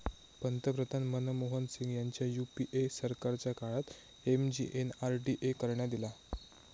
पंतप्रधान मनमोहन सिंग ह्यांच्या यूपीए सरकारच्या काळात एम.जी.एन.आर.डी.ए करण्यात ईला